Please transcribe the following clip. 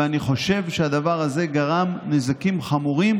ואני חושב שהדבר הזה גרם נזקים חמורים